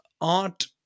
art